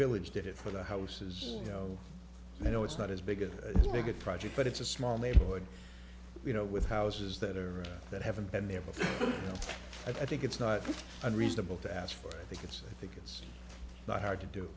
village get it for the houses you know you know it's not as big a big project but it's a small neighborhood you know with houses that are that haven't been there but i think it's not unreasonable to ask for i think it's i think it's not hard to do